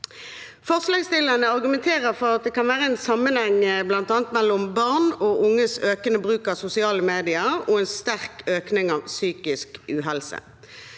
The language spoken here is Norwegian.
Forslagsstillerne argumenterer for at det kan være en sammenheng mellom bl.a. barn og unges økende bruk av sosiale medier og en sterk økning i psykisk uhelse.